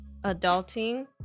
adulting